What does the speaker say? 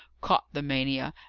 caught the mania,